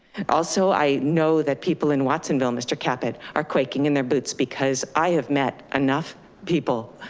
and also, i know that people in watsonville, mr. caput, are quaking in their boots because i have met enough people,